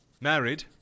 Married